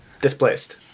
displaced